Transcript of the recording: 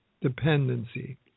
dependency